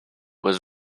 was